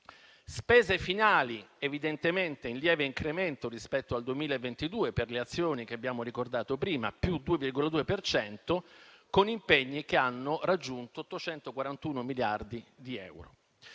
spese finali evidentemente in lieve incremento rispetto al 2022 per le azioni che abbiamo ricordato prima (+2,2 per cento), con impegni che hanno raggiunto 841 miliardi di euro.